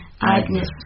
Agnes